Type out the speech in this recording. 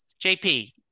JP